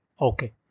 Okay